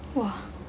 !wah!